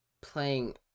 playing